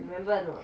remember or not